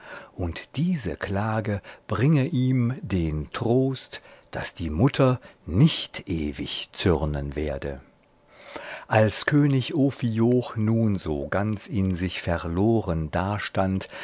und diese klage bringe ihm den trost daß die mutter nicht ewig zürnen werde als könig ophioch nun so ganz in sich verloren dastand